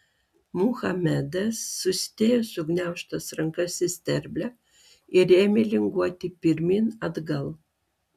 muhamedas susidėjo sugniaužtas rankas į sterblę ir ėmė linguoti pirmyn atgal